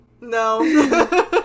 No